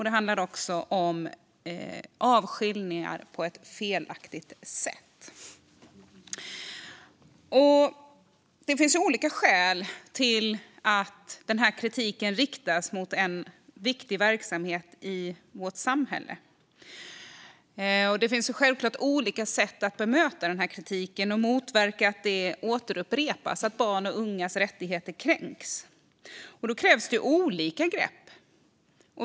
Det handlar också om avskiljningar på felaktigt sätt. Det finns olika skäl till att denna kritik riktas mot en viktig verksamhet i vårt samhälle. Det finns också olika sätt att bemöta kritiken och motverka att dessa missförhållanden upprepas och att barns och ungas rättigheter kränks. Då krävs det olika grepp.